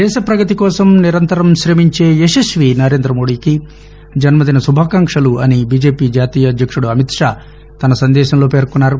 దేశ ప్రగతి కోసం నిరంతరం శ్రమించే యశస్వి నరేందమోడీకి జన్మదిన శుభాకాంక్షలు అని బీజేపీ జాతీయ అధ్యక్షుడు అమిత్షా తన సందేశంలో పేర్కొన్నారు